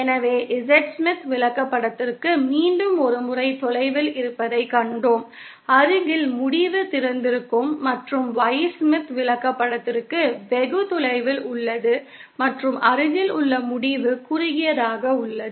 எனவே Z Smith விளக்கப்படத்திற்கு மீண்டும் ஒரு முறை தொலைவில் இருப்பதைக் கண்டோம் அருகில் முடிவு திறந்திருக்கும் மற்றும் Y ஸ்மித் விளக்கப்படத்திற்கு வெகு தொலைவில் உள்ளது மற்றும் அருகில் உள்ள முடிவு குறுகியதாக உள்ளது